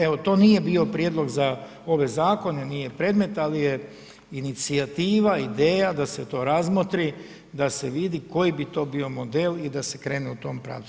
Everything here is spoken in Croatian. Evo to nije bio prijedlog za ove zakone, nije predmet ali je inicijativa, ideja da se to razmotri, da se vidi koji bi to bio model i da se krene u tom pravcu.